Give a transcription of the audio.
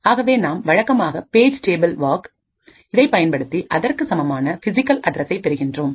ஆகவே நாம் வழக்கமான பேஜ் டேபிள் வாக் இதைப் பயன்படுத்தி அதற்கு சமமான பிசிகல் அட்ரசை பெறுகின்றோம்